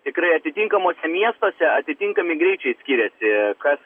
tikrai atitinkamose miestuose atitinkami greičiai skiriasi kas